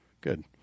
Good